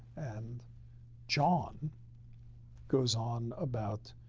and john goes on about,